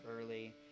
early